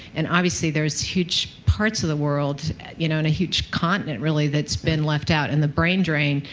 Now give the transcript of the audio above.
and obviously, there's huge parts of the world you know and a huge continent, really, that's been left out. and the brain drain,